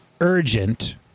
urgent